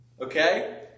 Okay